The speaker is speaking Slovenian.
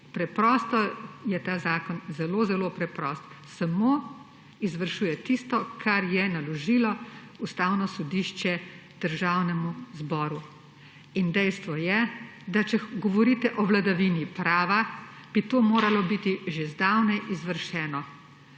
Preprosto je ta zakona zelo zelo preprost, samo izvršuje tisto, kar je naložilo Ustavno sodišče Državnemu zboru. Dejstvo je, da če govorite o vladavini prava, bi to moralo biti že zdavnaj izvršeno.